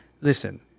listen